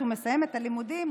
כשהוא מסיים את הלימודים,